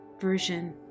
version